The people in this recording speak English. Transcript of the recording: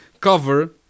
cover